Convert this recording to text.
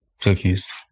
Cookies